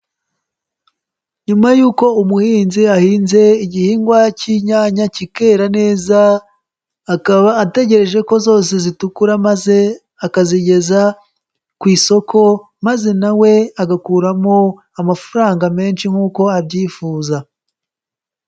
Nyuma y'uko umuhinzi ahinze igihingwa cy'inyanya kikera neza, akaba ategereje ko zose zitukura maze akazigeza ku isoko, maze na we agakuramo amafaranga menshi nk'uko abyifuza.